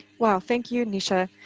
wow thank you nisha!